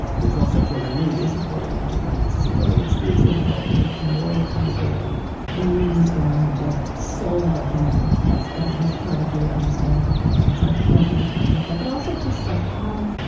the twelve step program really is a program of repentance. it's a program of spiritual development and moral accountability and you used the language of soul-reckoning as as part of your understanding of repentance. so i'd like you to talk about that, but also just like how,